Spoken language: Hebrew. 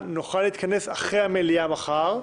אחרי המליאה מחר,